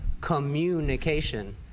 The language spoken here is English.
communication